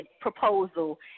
proposal